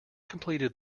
completed